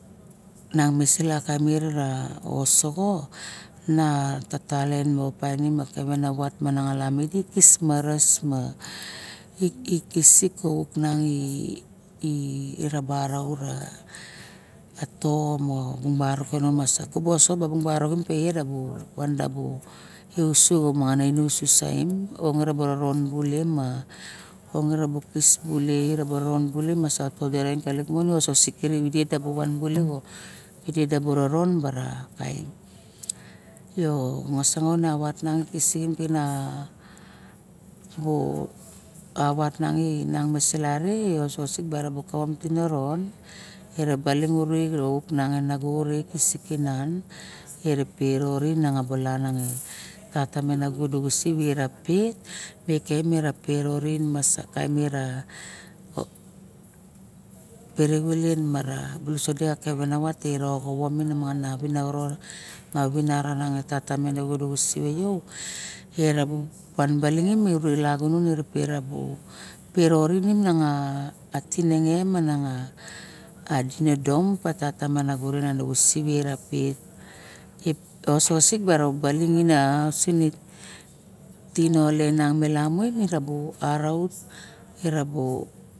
Nang misi laka taem mesoxo na tatalien mo painim kevenavat ma na xalep ma idi kis moros ma ikis kouk nang e e rabarainda ma atom barok kano masak tabasok kabarok baraim bulem buset ma room bule ma onga bu kis bule satade malik marik man sik mon lo nasangalin wat miang me salary yo bung so tiniron more baling ure auk kisit ke tiniron tata me nago du se we pur yorin me kain ma ra pere xulen mara sude kevenavat igo rovot ma vinarat tata mi nago sio yo e rupan baling uralagunon ere per abu pereioring dinedom ma tinenge esoxosip ba rabaoling ine wasik erabarout mera maut.